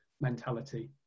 mentality